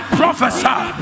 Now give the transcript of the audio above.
prophesy